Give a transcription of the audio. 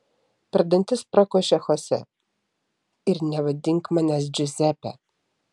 per dantis prakošė chose ir nevadink manęs džiuzepe